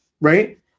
right